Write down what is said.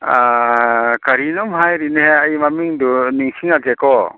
ꯀꯔꯤꯅꯣꯝ ꯍꯥꯏꯔꯤꯅꯦ ꯑꯩ ꯃꯃꯤꯡꯗꯨ ꯅꯤꯡꯁꯤꯡꯉꯛꯀꯦꯀꯣ